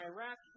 Iraq